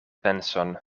penson